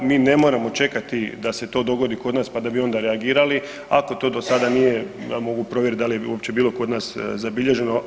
Mi ne moramo čekati da se to dogodi kod nas pa da bi onda reagirali, ako to do sada nije, ja mogu provjerit da li je uopće bilo kad nas zabilježeno.